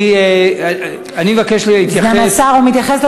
אני מבקש להתייחס,